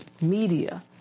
media